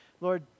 Lord